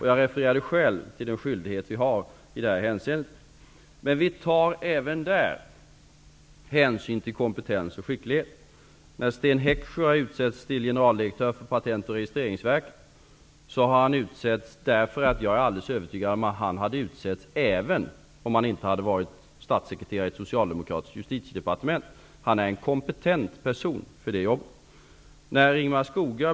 Jag refererade själv till den skyldighet vi har i det hänseendet. Men även där tar vi hänsyn till kompetens och skicklighet. Patent och registreringsverket utsågs han därför att jag är alldeles övertygad om att han hade utsetts även om han inte hade varit statsekreterare i det socialdemokratiska Justitiedepartementet. Han är en kompetent person för det jobbet.